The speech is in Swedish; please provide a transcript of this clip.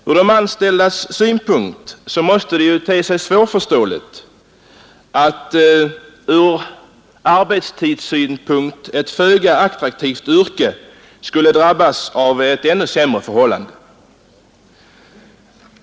För de anställda måste det te sig svårförståeligt att ett från arbetstidssynpunkt föga attraktivt yrke skall drabbas av ännu sämre förhållanden.